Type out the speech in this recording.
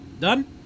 Done